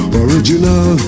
original